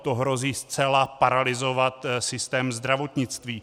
To hrozí zcela paralyzovat systém zdravotnictví.